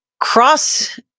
cross